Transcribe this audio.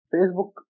Facebook